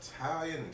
Italian